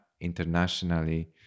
internationally